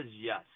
yes